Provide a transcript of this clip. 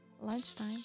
lunchtime